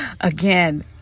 again